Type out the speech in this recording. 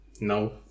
no